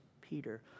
Peter